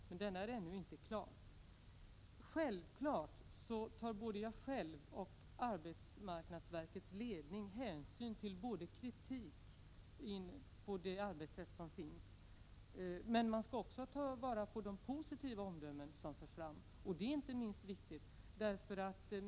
Den rapporten är ännu inte 24 november 1987 klar. SEE RT Självfallet tar jag själv och arbetsmarknadsverkets ledning hänsyn till den kritik som förts fram mot det använda arbetssättet. Men man skall också ta till vara de positiva omdömen som förts fram.